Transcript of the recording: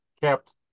kept